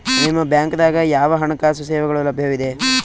ನಿಮ ಬ್ಯಾಂಕ ದಾಗ ಯಾವ ಹಣಕಾಸು ಸೇವೆಗಳು ಲಭ್ಯವಿದೆ?